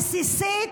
והבסיסית,